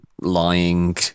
lying